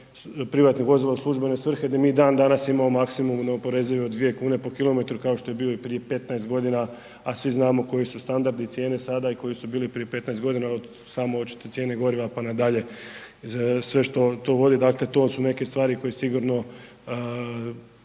privatnih vozila u službene svrhe gdje mi i dan danas imamo maksimum neoporezive od 2 kune po kilometru kao što je bio i prije 15 godina, a svi znamo koji su standardi i cijene sada i koji su bili prije 15 godina od same očite cijene goriva pa nadalje. Dakle to su neke stvari koje sigurno